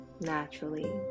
naturally